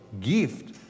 gift